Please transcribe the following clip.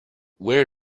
where